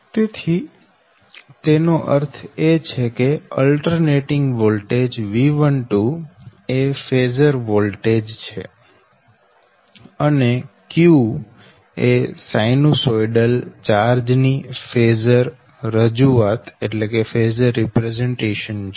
તેથી તેનો અર્થ એ છે કે અલ્ટરનેટીંગ વોલ્ટેજ V12 એ ફેઝર વોલ્ટેજ છે અને q એ સાઈનુસોઈડલ ચાર્જ ની ફેઝર રજૂઆત છે